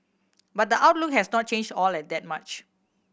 but the outlook has not changed all that much